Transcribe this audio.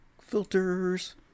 Filters